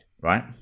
right